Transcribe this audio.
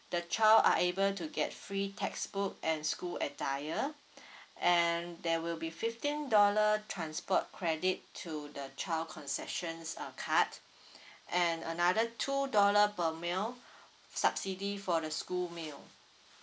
the child are able to get free textbook and school attire and there will be fifteen dollar transport credit to the child concessions uh card and another two dollar per meal subsidy for the school meal